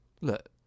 look